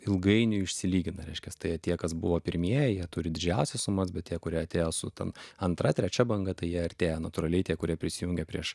ilgainiui išsilygina reiškias tai jie tie kas buvo pirmieji jie turi didžiausias sumas bet tie kurie atėjo su tam antra trečia banga tai jie artėja natūraliai tie kurie prisijungė prieš